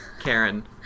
karen